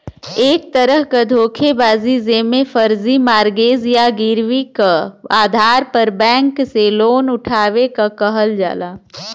एक तरह क धोखेबाजी जेमे फर्जी मॉर्गेज या गिरवी क आधार पर बैंक से लोन उठावे क कहल जाला